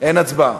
אין הצבעה.